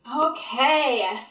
Okay